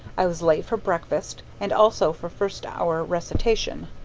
i was late for breakfast and also for first-hour recitation.